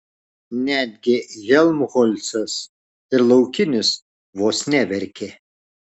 netgi helmholcas ir laukinis vos neverkė